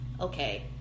okay